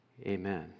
Amen